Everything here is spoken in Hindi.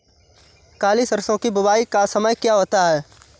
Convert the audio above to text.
काली सरसो की बुवाई का समय क्या होता है?